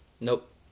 Nope